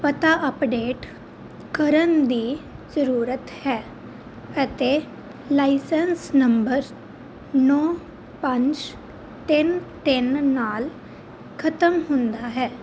ਪਤਾ ਅਪਡੇਟ ਕਰਨ ਦੀ ਜ਼ਰੂਰਤ ਹੈ ਅਤੇ ਲਾਇਸੈਂਸ ਨੰਬਰ ਨੌਂ ਪੰਜ ਤਿੰਨ ਤਿੰਨ ਨਾਲ ਖਤਮ ਹੁੰਦਾ ਹੈ